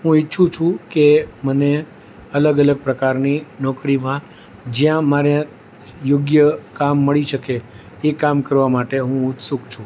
હું ઈચ્છું છું કે મને અલગ અલગ પ્રકારની નોકરીમાં જ્યાં મારે યોગ્ય કામ મળી શકે એ કામ કરવા માટે હું ઉત્સુક છું